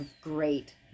great